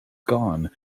gone